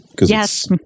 Yes